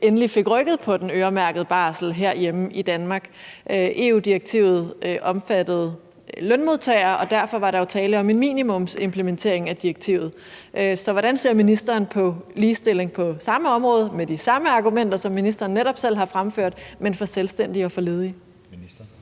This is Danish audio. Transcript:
endelig fik rykket på den øremærkede barsel herhjemme i Danmark. EU-direktivet omfattede lønmodtagere, og derfor var der jo tale om en minimumsimplementering af direktivet. Så hvordan ser ministeren på ligestilling på samme område med de samme argumenter, som ministeren netop selv har fremført, men for selvstændige og ledige?